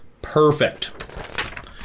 Perfect